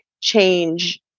change